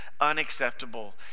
unacceptable